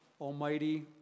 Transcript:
almighty